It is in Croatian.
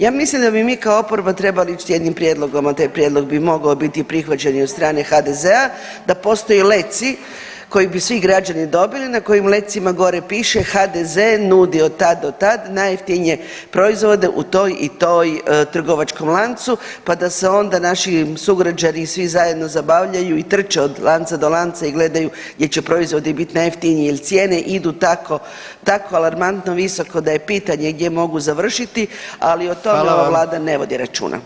Ja mislim da bi mi kao oporba trebali ići sa jednim prijedlogom, a taj prijedlog bi mogao biti prihvaćen i od strane HDZ-a da postoje leci koje bi svi građani dobili, na kojim letcima gore piše HDZ nudi od tad do tad najjeftinije proizvode u toj i toj trgovačkom lancu, pa da se onda naši sugrađani i svi zajedno zabavljaju i trče od lanca do lanca i gledaju gdje će proizvodi biti najjeftiniji jer cijene idu tako alarmantno visoko da je pitanje gdje mogu završiti [[Upadica predsjednik: Hvala vam.]] Ali o tome ova Vlada ne vodi računa.